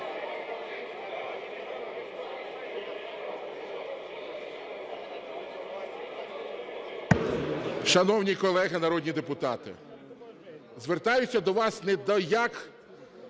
Шановні колеги народні депутати, звертаюся до вас не до як